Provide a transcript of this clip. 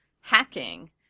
hacking –